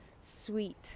sweet